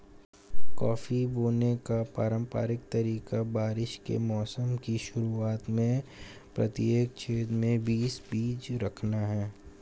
coffee बोने का पारंपरिक तरीका बारिश के मौसम की शुरुआत में प्रत्येक छेद में बीस बीज रखना है